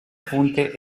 punte